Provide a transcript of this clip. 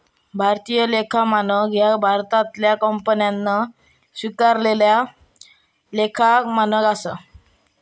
भारतीय लेखा मानक ह्या भारतातल्या कंपन्यांन स्वीकारलेला लेखा मानक असा